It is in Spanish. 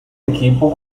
equipo